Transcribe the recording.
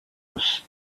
was